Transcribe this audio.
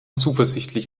zuversichtlich